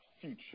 future